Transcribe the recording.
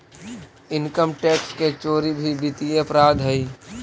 income tax के चोरी भी वित्तीय अपराध हइ